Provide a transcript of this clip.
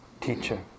teacher